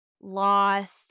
lost